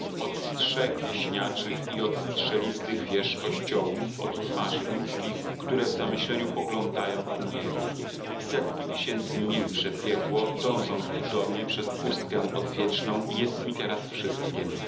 od strzech wieśniaczych i od strzelistych wież kościołów od twarzy ludzkich które w zamyśleniu poglądają ku niebu setki tysięcy mil przebiegło dążąc tu do mnie przez pustkę odwieczną i jest mi teraz wszystkiem